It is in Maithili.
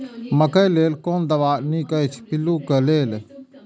मकैय लेल कोन दवा निक अछि पिल्लू क लेल?